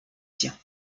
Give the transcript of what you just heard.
siens